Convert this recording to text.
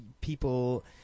People